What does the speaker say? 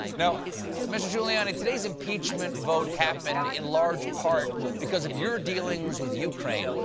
you know mr. giuliani, today's impeachment vote happened in large part because of your dealings with ukraine.